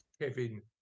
Kevin